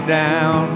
down